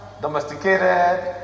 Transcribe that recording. domesticated